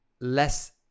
less